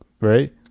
right